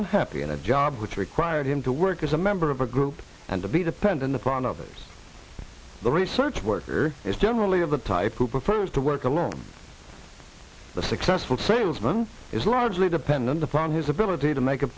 unhappy in a job which required him to work as a member of a group and to be dependent upon others the research worker is generally of the type who prefers to work alone the successful salesman is largely dependent upon his ability to make a